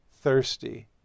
thirsty